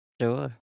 Sure